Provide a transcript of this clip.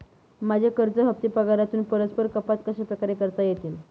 माझे कर्ज हफ्ते पगारातून परस्पर कपात कशाप्रकारे करता येतील?